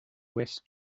west